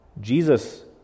Jesus